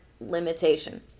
limitation